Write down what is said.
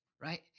right